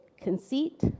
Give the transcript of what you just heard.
conceit